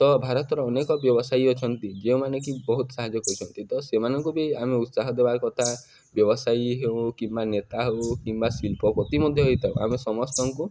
ତ ଭାରତର ଅନେକ ବ୍ୟବସାୟୀ ଅଛନ୍ତି ଯେଉଁମାନେ କି ବହୁତ ସାହାଯ୍ୟ କରିଛନ୍ତି ତ ସେମାନଙ୍କୁ ବି ଆମେ ଉତ୍ସାହ ଦେବା କଥା ବ୍ୟବସାୟୀ ହେଉ କିମ୍ବା ନେତା ହଉ କିମ୍ବା ଶିଳ୍ପପତି ମଧ୍ୟ ହେଇଥାଉ ଆମେ ସମସ୍ତଙ୍କୁ